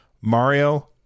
Mario